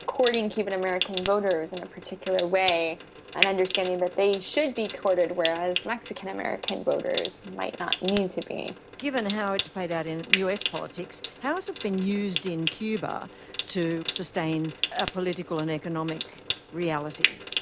courting cuban-american voters in a particular way and understanding that they should be courted, whereas mexican-american voters might not need to be. given how it is played out in us politics, how has it been used in cuba to sustain a political and economic reality?